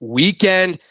weekend